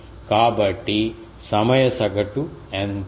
కాబట్టి సమయ సగటు ఎంత